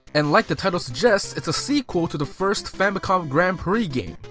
and like the title suggests, it's a sequel to the first famicom grand prix game.